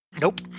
nope